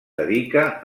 dedica